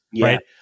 right